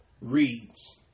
reads